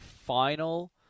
final